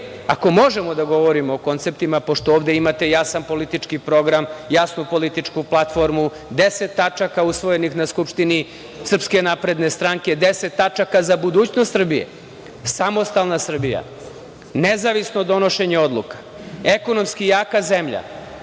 ako možemo da govorimo o konceptima, pošto ovde imate jasan politički program, jasnu političku platformu, deset tačaka usvojenih na Skupštini SNS, deset tačaka za budućnost Srbije, samostalna Srbija, nezavisno donošenje odluka, ekonomski jaka zemlja,